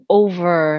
over